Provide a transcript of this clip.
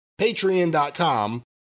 Patreon.com